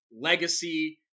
Legacy